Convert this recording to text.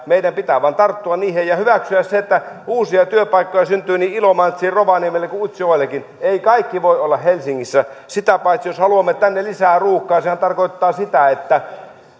meidän pitää vain tarttua niihin ja hyväksyä se että uusia työpaikkoja syntyy niin ilomantsiin rovaniemelle kuin utsjoellekin ei kaikki voi olla helsingissä sitä paitsi jos haluamme tänne lisää ruuhkaa sehän tarkoittaa sitä että